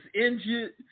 injured